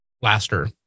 blaster